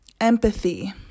empathy